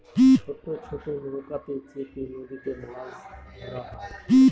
ছোট ছোট নৌকাতে চেপে নদীতে মাছ ধরা হয়